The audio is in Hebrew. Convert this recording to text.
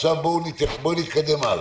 עכשיו, בואו נתקדם הלאה.